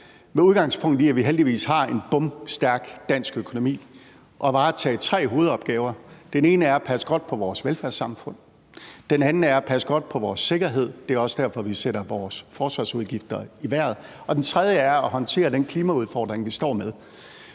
at vi heldigvis har en bomstærk dansk økonomi, at varetage tre hovedopgaver: Den ene er at passe godt på vores velfærdssamfund, den anden er at passe godt på vores sikkerhed – det er også derfor, vi sætter vores forsvarsudgifter i vejret – og den tredje er at håndtere den klimaudfordring, vi står med.